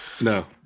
No